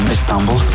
Istanbul